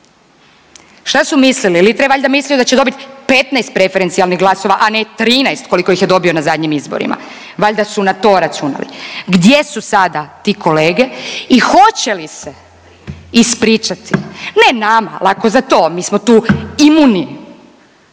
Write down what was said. Šta su mislili, Litre je valjda mislio da će dobiti 15 preferencijalnih glasova, a ne 13 koliko je dobio na zadnjim izborima. Valjda su na to računali. Gdje su sada ti kolege i hoće li se ispričati? Ne nama, lako za to, mi smo tu imuni